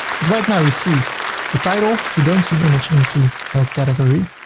but right now you see the title, you don't see an image and you see no category,